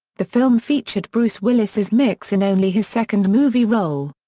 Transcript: the film featured bruce willis as mix in only his second movie role.